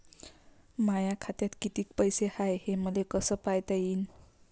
माया खात्यात कितीक पैसे हाय, हे मले कस पायता येईन?